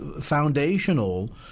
foundational